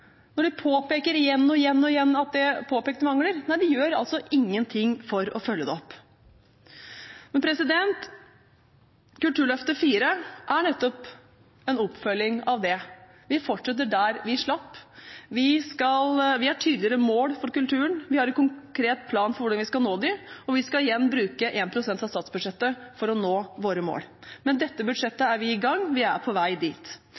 når det påpeker igjen og igjen at det påpekte mangler? De gjør ingenting for å følge det opp. Kulturløftet 4 er nettopp en oppfølging av det. Vi fortsetter der vi slapp. Vi har tydeligere mål for kulturen, vi har en konkret plan for hvordan vi skal nå dem, og vi skal igjen bruke 1 pst. av statsbudsjettet for å nå våre mål. Med dette budsjettet er vi i gang – vi er på vei dit.